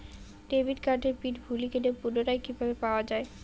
Debit কার্ডের pin ভুলে গেলে পুনরায় কিভাবে পাওয়া য়ায়?